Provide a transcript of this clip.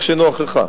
איך שנוח לך.